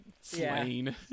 Slain